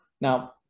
Now